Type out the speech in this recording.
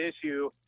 issue